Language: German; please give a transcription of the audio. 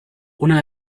ohne